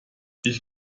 ich